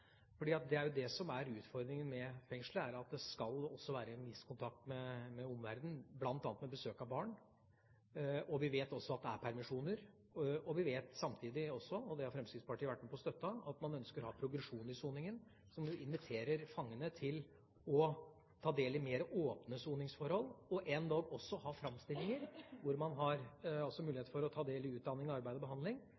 Det er jo det som er utfordringen med et fengsel, at det skal være en viss kontakt med omverdenen, bl.a. besøk av barn. Vi vet også at det er permisjoner. Vi vet samtidig – og det har Fremskrittspartiet vært med på å støtte – at man ønsker å ha progresjon i soningen. Det inviterer fangene til å ta del i mer åpne soningsforhold, endog framstillinger hvor man har mulighet til å ta del i utdanning, arbeid og behandling. Det skaper en større risiko for at man også